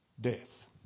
death